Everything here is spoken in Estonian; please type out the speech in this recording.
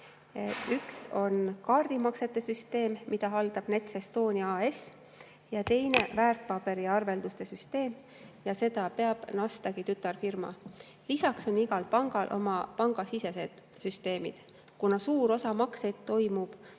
Üks on kaardimaksete süsteem, mida haldab Nets Estonia AS, ja teine väärtpaberiarvelduste süsteem, mida peab Nasdaqi tütarfirma. Lisaks on igal pangal oma pangasisesed süsteemid, kuna suur osa makseid toimub